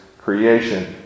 creation